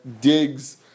digs